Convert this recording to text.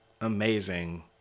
amazing